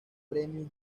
premios